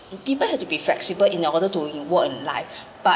people have to be flexible in order to work in life but